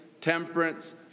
temperance